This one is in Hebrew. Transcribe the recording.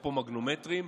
אפרופו מגנומטרים,